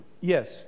Yes